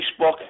Facebook